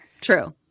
true